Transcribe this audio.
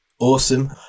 Awesome